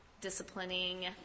disciplining